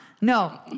No